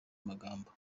magambo